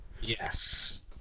yes